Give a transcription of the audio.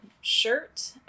shirt